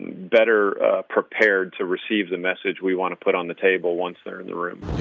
better prepared to receive the message we want to put on the table once they're in the room.